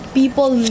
people